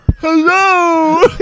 Hello